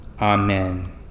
Amen